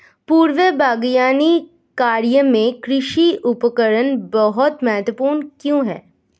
पूर्व बागवानी कार्यों में कृषि उपकरण बहुत महत्वपूर्ण क्यों है?